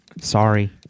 sorry